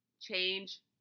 Change